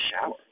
shower